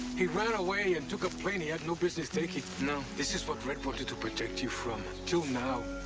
he ran away. and took a plane he had no business taking. no. this is what red wanted to protect you from. till now.